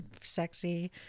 sexy